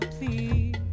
please